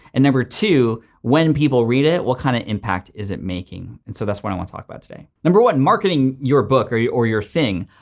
and number two, when people read it, what kind of impact is it making? and so that's what i wanna talk about today. number one, marketing your book or yeah or your thing.